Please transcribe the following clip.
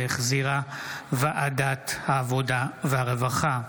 שהחזירה ועדת העבודה והרווחה.